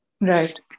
Right